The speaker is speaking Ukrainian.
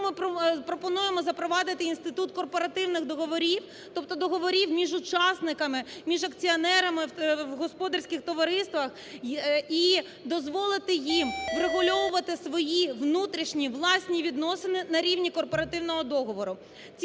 ми пропонуємо запровадити інститут корпоративних договорів, тобто договорів між учасниками, між акціонерами в господарських товариствах, і дозволити їм врегульовувати свої внутрішні власні відносини на рівні корпоративного договору.